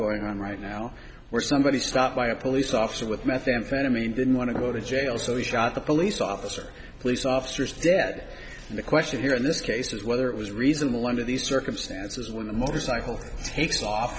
going on right now where somebody stopped by a police officer with methamphetamine didn't want to go to jail so he shot the police officers police officers dead and the question here in this case is whether it was reasonable under these circumstances when the motorcycle takes off